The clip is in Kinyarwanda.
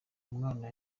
umwana